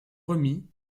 remis